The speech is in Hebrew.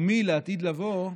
ומי, לעתיד לבוא,